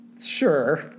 sure